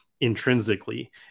intrinsically